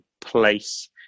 place